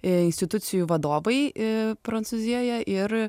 institucijų vadovai prancūzijoje ir